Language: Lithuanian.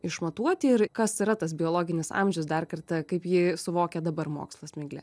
išmatuoti ir kas yra tas biologinis amžius dar kartą kaip jį suvokia dabar mokslas migle